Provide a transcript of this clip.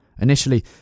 Initially